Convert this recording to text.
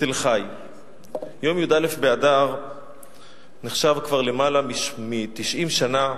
יום י"א באדר נחשב כבר יותר מ-90 שנה